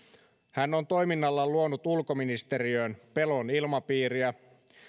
hän on toiminnallaan luonut ulkoministeriöön pelon ilmapiiriä